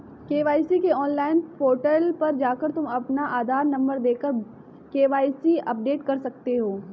KYC के online portal पर जाकर तुम अपना आधार नंबर देकर के.वाय.सी अपडेट कर सकते हो